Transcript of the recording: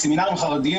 בסמינרים החרדיים